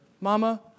Mama